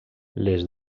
les